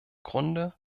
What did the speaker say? grunde